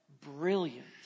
brilliant